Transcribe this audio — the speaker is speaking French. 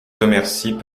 commercy